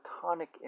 platonic